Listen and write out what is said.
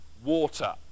Water